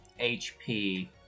HP